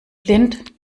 blind